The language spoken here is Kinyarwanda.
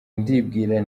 ndibwira